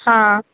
हां